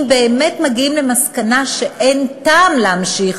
אם באמת מגיעים למסקנה שאין טעם להמשיך,